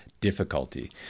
difficulty